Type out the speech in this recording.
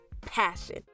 passion